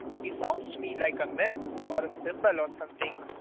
he sounds to me like a myth or a symbol or something.